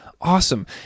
Awesome